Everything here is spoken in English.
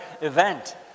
event